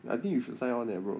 I think you should sign on eh bro